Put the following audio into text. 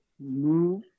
Move